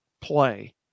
play